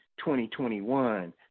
2021